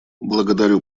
благодарю